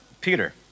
Peter